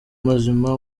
mazima